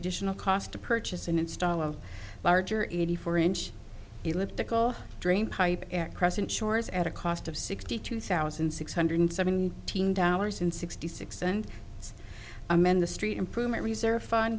additional cost to purchase and install a larger eighty four inch elliptical dream pipe crescent shores at a cost of sixty two thousand six hundred seventeen dollars and sixty six and its amend the street improvement reserve fun